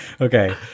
Okay